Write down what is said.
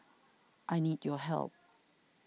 I need your help